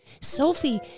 Sophie